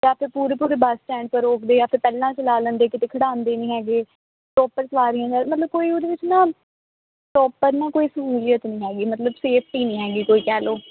ਜਾਂ ਫਿਰ ਪੂਰੇ ਪੂਰੇ ਬੱਸ ਸਟੈਂਡ 'ਤੇ ਰੋਕਦੇ ਆ ਫਿਰ ਪਹਿਲਾਂ ਚਲਾ ਲੈਂਦੇ ਕਿਤੇ ਖੜ੍ਹਾਂਦੇ ਨਹੀਂ ਹੈਗੇ ਪ੍ਰੋਪਰ ਸਵਾਰੀਆਂ ਦਾ ਮਤਲਬ ਕੋਈ ਉਹਦੇ ਵਿੱਚ ਨਾ ਪ੍ਰੋਪਰ ਨਾ ਕੋਈ ਸਹੂਲੀਅਤ ਨਹੀਂ ਹੈਗੀ ਮਤਲਬ ਸੇਫਟੀ ਨਹੀਂ ਹੈਗੀ ਕੋਈ ਕਹਿ ਲਓ